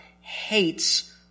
hates